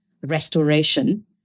restoration